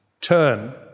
turn